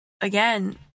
Again